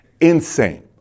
Insane